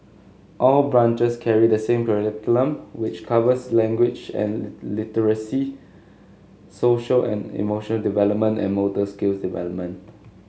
all branches carry the same curriculum which covers language and literacy social and emotional development and motor skills development